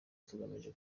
tugamije